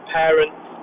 parents